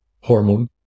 hormone